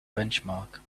benchmark